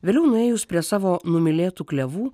vėliau nuėjus prie savo numylėtų klevų